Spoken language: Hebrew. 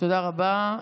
תודה רבה.